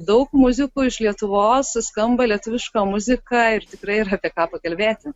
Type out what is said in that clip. daug muzikų iš lietuvos skamba lietuviška muzika ir tikrai yra apie ką pakalbėti